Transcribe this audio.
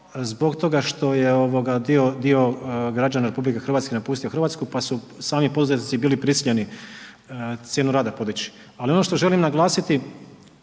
zbog toga što je dio građana RH napustio Hrvatsku pa su sami poduzetnici bili prisiljeni cijenu rada podići ali ono što želim naglasiti